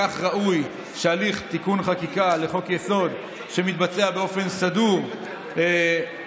כך ראוי שהליך תיקון חקיקה לחוק-יסוד שמתבצע באופן סדור שיעבור,